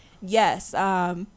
Yes